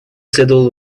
следовало